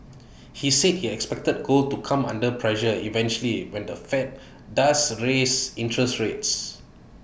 he said he expected gold to come under pressure eventually when the fed does raise interest rates